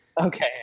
Okay